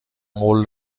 قول